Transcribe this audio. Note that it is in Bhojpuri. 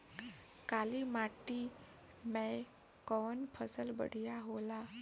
काली माटी मै कवन फसल बढ़िया होला?